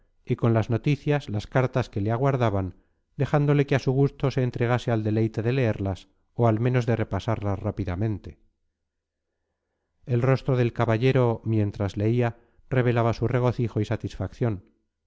y con las noticias las cartas que le aguardaban dejándole que a su gusto se entregase al deleite de leerlas o al menos de repasarlas rápidamente el rostro del caballero mientras leía revelaba su regocijo y satisfacción